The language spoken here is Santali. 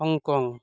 ᱦᱚᱝᱠᱚᱝ